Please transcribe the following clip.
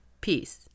Peace